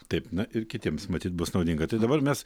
taip na ir kitiems matyt bus naudinga tai dabar mes